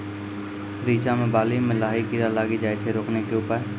रिचा मे बाली मैं लाही कीड़ा लागी जाए छै रोकने के उपाय?